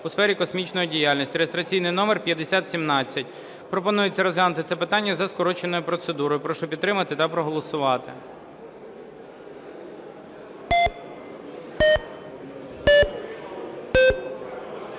у сфері космічної діяльності (реєстраційний номер 5017). Пропонується розглянути це питання за скороченою процедурою. Прошу підтримати та проголосувати.